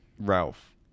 Ralph